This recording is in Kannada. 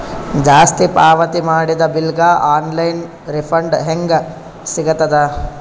ಜಾಸ್ತಿ ಪಾವತಿ ಮಾಡಿದ ಬಿಲ್ ಗ ಆನ್ ಲೈನ್ ರಿಫಂಡ ಹೇಂಗ ಸಿಗತದ?